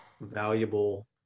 valuable